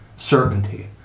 Certainty